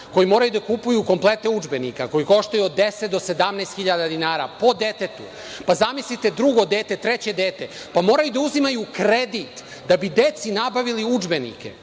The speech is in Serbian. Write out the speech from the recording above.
koji moraju da kupuju komplete udžbenika, koji koštaju od 10 do 17 hiljada dinara po detetu, pa zamislite drugo dete, treće dete? Pa, moraju da uzimaju kredit da bi deci nabavili udžbenike.